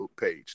page